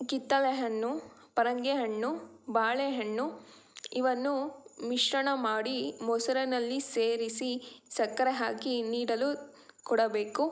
ಕಿತ್ತಳೆ ಹಣ್ಣು ಪರಂಗಿ ಹಣ್ಣು ಬಾಳೆಹಣ್ಣು ಇವನ್ನು ಮಿಶ್ರಣ ಮಾಡಿ ಮೊಸರಿನಲ್ಲಿ ಸೇರಿಸಿ ಸಕ್ಕರೆ ಹಾಕಿ ನೀಡಲು ಕೊಡಬೇಕು